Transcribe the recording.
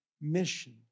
mission